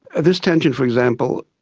this tangent for example,